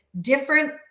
different